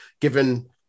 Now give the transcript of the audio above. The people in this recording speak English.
given